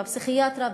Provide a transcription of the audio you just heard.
בפסיכיאטריה,